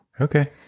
Okay